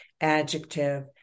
adjective